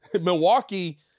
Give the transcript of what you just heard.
Milwaukee